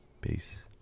Peace